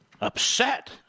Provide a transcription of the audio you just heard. upset